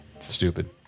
stupid